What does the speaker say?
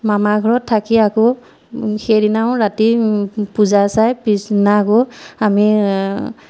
মামাৰ ঘৰত থাকি আকৌ সেইদিনাও ৰাতি পূজা চাই পিছদিনা আকৌ আমি